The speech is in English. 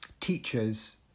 teachers